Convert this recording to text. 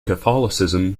catholicism